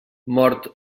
mort